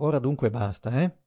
ora dunque basta eh